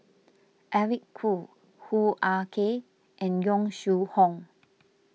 Eric Khoo Hoo Ah Kay and Yong Shu Hoong